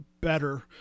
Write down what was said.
better